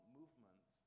movements